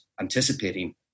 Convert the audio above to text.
anticipating